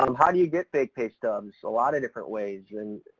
um how do you get fake pay stubs? a lot of different ways, and,